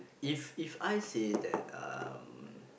if if I say that um